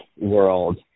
world